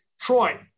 Troy